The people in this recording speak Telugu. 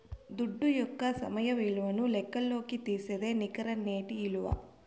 దుడ్డు యొక్క సమయ విలువను లెక్కల్లోకి తీసేదే నికర నేటి ఇలువ